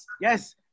Yes